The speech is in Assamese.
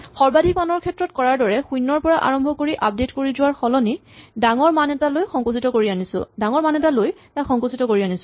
সৰ্বাধিক মানৰ ক্ষেত্ৰত কৰাৰ দৰে শূণ্যৰ পৰা আৰম্ভ কৰি আপডেট কৰি যোৱাৰ সলনি ডাঙৰ মান এটা লৈ সংকুচিত কৰি আনিছো